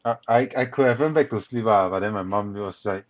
I I I could've went back to sleep ah but then my mum was like